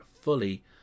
fully